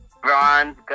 Bronze